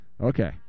okay